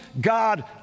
God